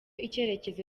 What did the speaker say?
icyerekezo